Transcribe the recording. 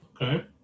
Okay